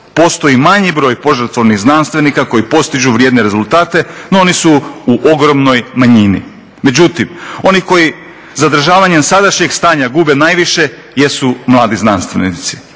Postoji manji broj požrtvovnih znanstvenika koji postižu vrijedne rezultate, no oni su u ogromnoj manjini. Međutim, oni koji zadržavanjem sadašnjeg stanja gube najviše jesu mladi znanstvenici.